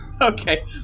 Okay